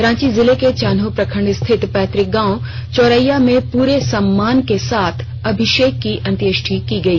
रांची जिले के चान्हों प्रखंड स्थित पैतुक गांव चोरेया में पूरे सम्मान के साथ अभिषेक की अत्येष्टि की गई